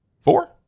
four